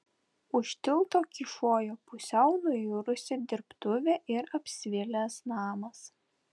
už tilto kyšojo pusiau nuirusi dirbtuvė ir apsvilęs namas